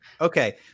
Okay